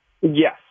Yes